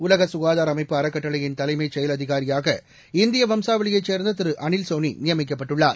உலக சுகாதார அமைப்பு அறக்கட்டளையின் தலைமைச் செயல் அதிகாரியாக இந்திய வம்சாவளியைச் சேர்ந்த திரு அனில் சோனி நியமிக்கப்பட்டுள்ளார்